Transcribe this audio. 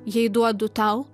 jei duodu tau